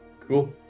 Cool